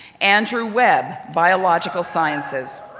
andrew webb, biological sciences.